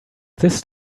this